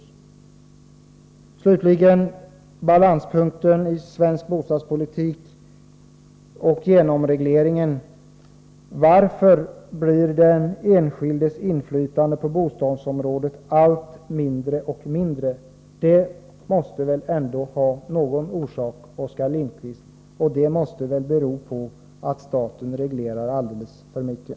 När det slutligen gäller balanspunkten i svensk bostadspolitik och genomregleringen frågar jag : Varför blir den enskildes inflytande på bostadsområdet allt mindre? Det måste väl ändå, Oskar Lindkvist, finnas någon orsak? Orsaken måste vara att staten reglerar alldeles för mycket.